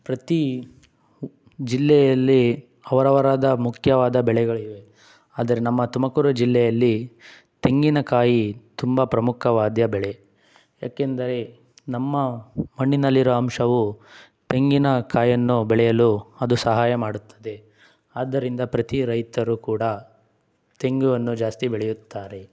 ಪ್ರತಿ ಜಿಲ್ಲೆಯಲ್ಲಿ ಅವರವರಾದ ಮುಖ್ಯವಾದ ಬೆಳೆಗಳಿವೆ ಆದರೆ ನಮ್ಮ ತುಮಕೂರು ಜಿಲ್ಲೆಯಲ್ಲಿ ತೆಂಗಿನಕಾಯಿ ತುಂಬ ಪ್ರಮುಖವಾದ ಬೆಳೆ ಯಾಕೆಂದರೆ ನಮ್ಮ ಮಣ್ಣಿನಲ್ಲಿರೊ ಅಂಶವು ತೆಂಗಿನಕಾಯನ್ನು ಬೆಳೆಯಲು ಅದು ಸಹಾಯ ಮಾಡುತ್ತದೆ ಆದ್ದರಿಂದ ಪ್ರತಿ ರೈತರು ಕೂಡ ತೆಂಗನ್ನು ಜಾಸ್ತಿ ಬೆಳೆಯುತ್ತಾರೆ